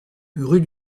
rue